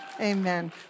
Amen